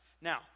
Now